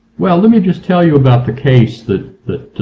well let me just tell you about the case that that